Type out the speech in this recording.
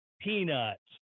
peanuts